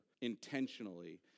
intentionally